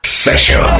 session